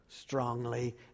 strongly